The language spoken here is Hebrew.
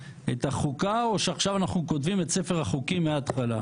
החוקה או שעכשיו אנחנו כותבים את ספר החוקים מהתחלה.